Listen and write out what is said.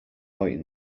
pointing